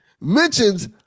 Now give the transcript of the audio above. mentions